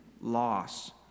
loss